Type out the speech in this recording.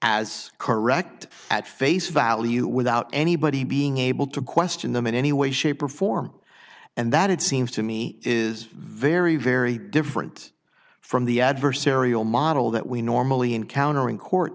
as correct at face value without anybody being able to question them in any way shape or form and that it seems to me is very very different from the adversarial model that we normally encounter in court